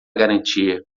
garantia